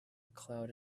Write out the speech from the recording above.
cloud